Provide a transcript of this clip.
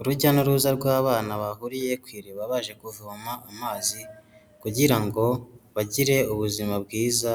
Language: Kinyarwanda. Urujya n'uruza rw'abana bahuriye ku iriba baje kuvoma amazi kugira ngo bagire ubuzima bwiza